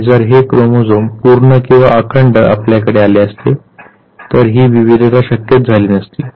आणि जर हे क्रोमोझोम पूर्ण किंवा अखंड आपल्याकडे आले असते तर ही विविधता शक्यच झाली नसती